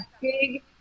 big